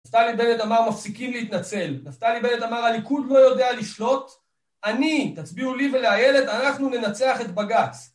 נפתלי בנט אמר, מפסיקים להתנצל. נפתלי בנט אמר, הליכוד לא יודע לשלוט. אני, תצביעו לי ולאיילת, אנחנו ננצח את בג"ץ